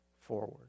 forward